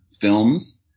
films